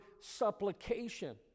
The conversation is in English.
supplication